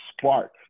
spark